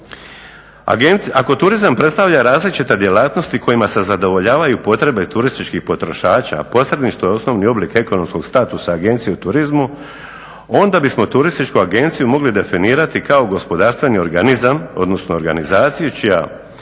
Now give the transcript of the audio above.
Ako turizam predstavlja različite djelatnosti kojima se zadovoljavaju potrebe turističkih potrošača, a posredništvo je osnovni oblik ekonomskog statusa agencije u turizmu, onda bismo turističku agenciju mogli definirati kao gospodarstveni organizam odnosno organizaciju čija